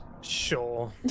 Sure